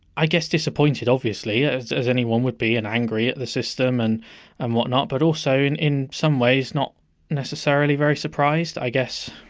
i guess disappointed obviously, as as anyone would be and angry at the system and and what not but also in in some ways not necessarily very surprised, i guess.